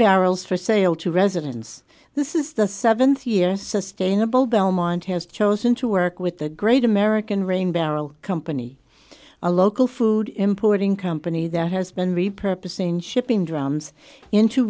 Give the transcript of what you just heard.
barrels for sale to residents this is the seventh year sustainable belmont has chosen to work with the great american ring barrel company a local food importing company that has been repurpose in shipping drums into